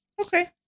Okay